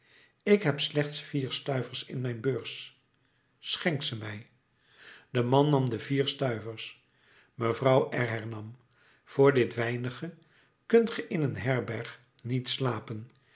ik heb slechts vier stuivers in mijn beurs schenk ze mij de man nam de vier stuivers mevrouw de r hernam voor dit weinige kunt ge in een herberg niet slapen